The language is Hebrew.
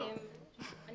דלית קן דרור.